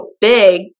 big